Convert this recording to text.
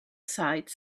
sites